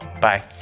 Bye